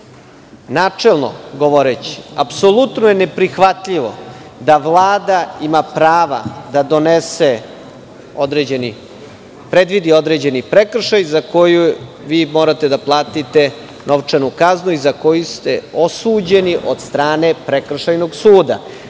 Vlade. Načelno govoreći apsolutno je neprihvatljivo da Vlada ima prava da predvidi određeni prekršaj za koji vi morate da platite novčanu kaznu i za koji ste osuđeni od strane prekršajnog suda.